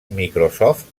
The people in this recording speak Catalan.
microsoft